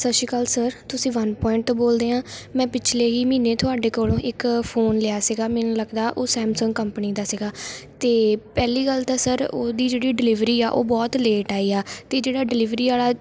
ਸਤਿ ਸ਼੍ਰੀ ਅਕਾਲ ਸਰ ਤੁਸੀਂ ਵੰਨ ਪੁਆਇੰਟ ਤੋਂ ਬੋਲਦੇ ਹਾਂ ਮੈਂ ਪਿਛਲੇ ਹੀ ਮਹੀਨੇ ਤੁਹਾਡੇ ਕੋਲੋਂ ਇੱਕ ਫ਼ੋਨ ਲਿਆ ਸੀਗਾ ਮੈਨੂੰ ਲੱਗਦਾ ਉਹ ਸੈਮਸੰਗ ਕੰਪਨੀ ਦਾ ਸੀਗਾ ਅਤੇ ਪਹਿਲੀ ਗੱਲ ਤਾਂ ਸਰ ਉਹਦੀ ਜਿਹੜੀ ਡਿਲੀਵਰੀ ਆ ਉਹ ਬਹੁਤ ਲੇਟ ਆਈ ਆ ਅਤੇ ਜਿਹੜਾ ਡਿਲੀਵਰੀ ਵਾਲਾ